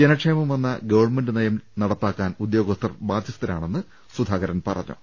ജനക്ഷേമമെന്ന government നയം നടപ്പാക്കാൻ ഉദ്യോഗസ്ഥർ ബാധ്യസ്ഥരാണെന്ന് സുധാ കരൻ പറഞ്ഞു